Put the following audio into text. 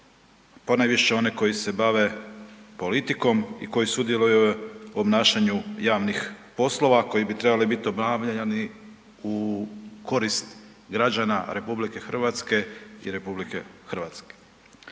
ponajviše one koji se bave politikom i koji sudjeluju u obnašanju javnih poslova koji bi trebali biti obavljani u korist građana RH i RH.